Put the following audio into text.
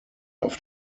auf